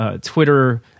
twitter